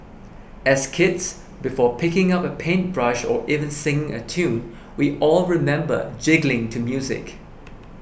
as kids before picking up a paintbrush or even singing a tune we all remember jiggling to music